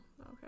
okay